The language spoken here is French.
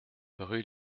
rue